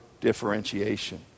differentiation